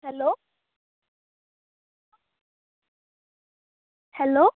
hello hello